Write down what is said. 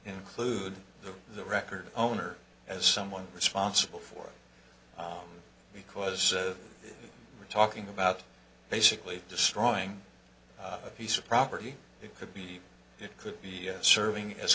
include the record owner as someone responsible for it because we're talking about basically destroying a piece of property it could be it could be serving as